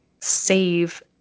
save